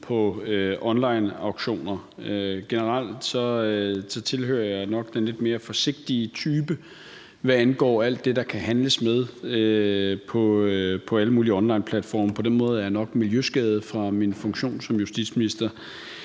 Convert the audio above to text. på onlineauktioner. Generelt tilhører jeg nok den lidt mere forsigtige type, hvad angår alt det, der kan handles med på alle mulige onlineplatforme. På den måde er jeg nok miljøskadet fra min funktion som justitsminister.